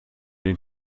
den